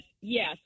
yes